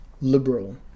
liberal